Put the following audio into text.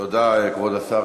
תודה, כבוד השר.